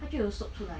它就有 soap 出来